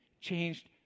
changed